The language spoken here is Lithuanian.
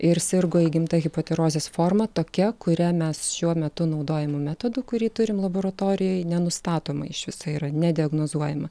ir sirgo įgimta hipotirozės forma tokia kuria mes šiuo metu naudojamu metodu kurį turim laboratorijoj nenustatoma iš viso yra nediagnozuojama